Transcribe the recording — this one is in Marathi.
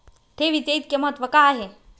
ठेवीचे इतके महत्व का आहे?